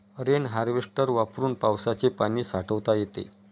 rain harvester वापरून पावसाचे पाणी साठवता येते